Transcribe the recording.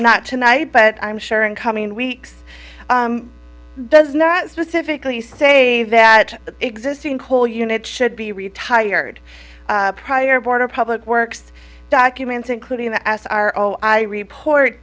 not tonight but i'm sure in coming weeks does not specifically say that the existing coal unit should be retired prior border public works documents including the as are all i report